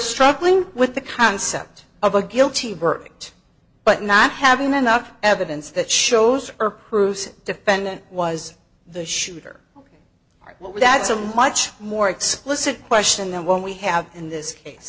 struggling with the concept of a guilty verdict but not having enough evidence that shows or proves that defendant was the shooter ok what without so much more explicit question then when we have in this case